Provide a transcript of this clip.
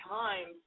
time